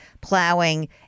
plowing